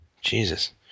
Jesus